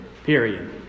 Period